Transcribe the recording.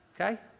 Okay